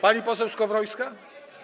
Pani poseł Skowrońska?